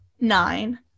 nine